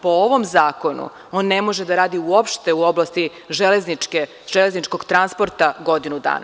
Po ovom zakonu on ne može da radi uopšte u oblasti železničkog transporta godinu dana.